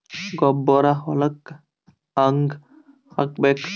ಗೊಬ್ಬರ ಹೊಲಕ್ಕ ಹಂಗ್ ಹಾಕಬೇಕು?